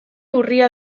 urria